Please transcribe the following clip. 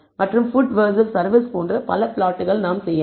மற்றும் food versus service போன்ற பல பிளாட்டுகள் செய்யலாம்